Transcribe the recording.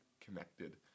connected